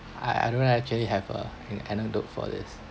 I I don't actually have uh an anecdote for this